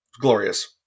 Glorious